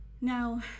Now